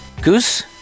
Goose